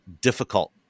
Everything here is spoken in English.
difficult